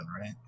right